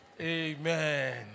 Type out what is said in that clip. Amen